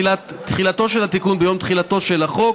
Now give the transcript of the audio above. תחילתו של התיקון ביום תחילתו של החוק,